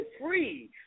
free